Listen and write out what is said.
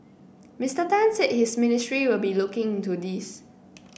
Mr Tan said his ministry will be looking into this